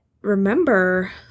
remember